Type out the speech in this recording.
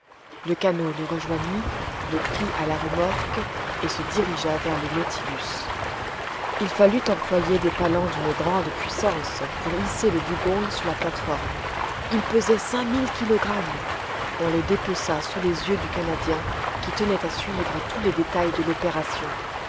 le canot le rejoignit le prit à la remorque et se dirigea vers le nautilus il fallut employer des palans d'une grande puissance pour hisser le dugong sur la plate-forme il pesait cinq mille kilogrammes on le dépeça sous les yeux du canadien qui tenait à suivre tous les détails de l'opération